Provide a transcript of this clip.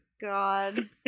God